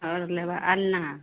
आओर लेबऽ अलना